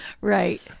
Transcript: Right